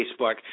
Facebook